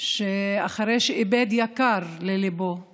שאחרי שאיבד את היקר לליבו הוא